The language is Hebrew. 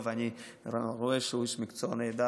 אני רואה שהוא איש מקצוע נהדר,